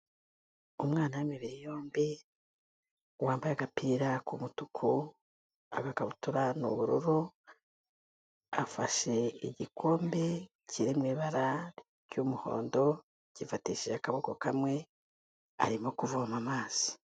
Umwana w'imibiri yombi wambaye agapira k'umutuku, agakabutura n'ubururu. Afashe igikombe kiri mu ibara ry'umuhondo, agifatishije akaboko kamwe, arimo kuvoma amazi.